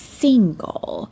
single